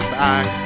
back